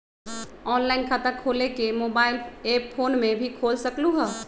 Online खाता खोले के मोबाइल ऐप फोन में भी खोल सकलहु ह?